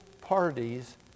parties